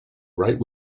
right